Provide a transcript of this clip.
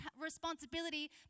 responsibility